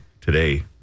today